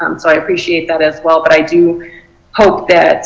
um so i appreciate that as well. but i do hope that